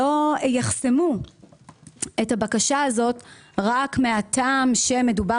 לא יחסמו את הבקשה הזאת רק מהטעם שמדובר